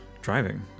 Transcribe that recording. driving